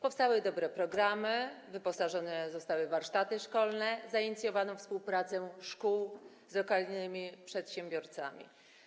Powstały dobre programy, wyposażone zostały warsztaty szkolne, zainicjowano współpracę szkół z lokalnymi przedsiębiorcami.